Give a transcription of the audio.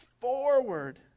forward